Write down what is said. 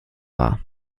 war